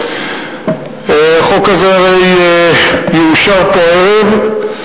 החוק הזה הרי יאושר פה הערב,